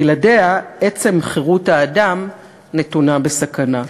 בלעדיה עצם חירות האדם נתונה בסכנה.